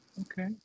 okay